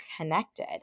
connected